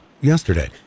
yesterday